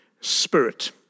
spirit